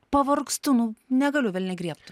pavargstu nu negaliu velniai griebtų